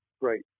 great